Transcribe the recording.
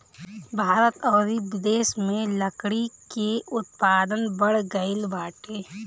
भारत अउरी बिदेस में लकड़ी के उत्पादन बढ़ गइल बाटे